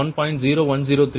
0103 கோணம் மைனஸ் 2